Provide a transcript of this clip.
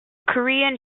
korean